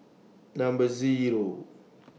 Number Zero